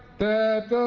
that